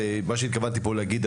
כמו שהתכוונתי להגיד,